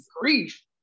grief